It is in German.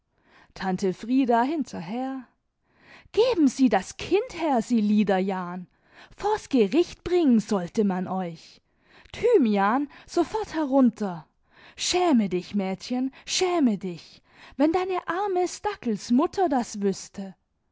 tante frieda hinterher geben sie das kind her sie liederjahn vors gericht bringen sollte man euch thymian sofort herunter schäme dich mädchen schäme dich wenn deine arme stackeis mutter das wüßte